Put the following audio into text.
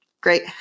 great